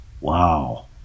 Wow